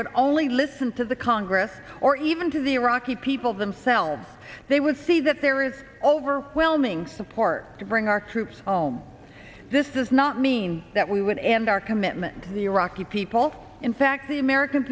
would only listen to the congress or even to the iraqi people themselves they would see that there is overwhelming support to bring our troops home this does not mean that we would end our commitment to the iraqi people in fact the american